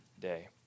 day